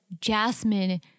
Jasmine